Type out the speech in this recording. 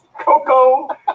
Coco